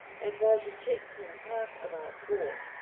and was in checkshill park about four.